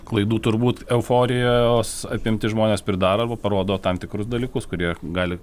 klaidų turbūt euforijos apimti žmonės pridaro arba parodo tam tikrus dalykus kurie gali